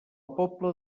pobla